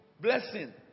blessing